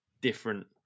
different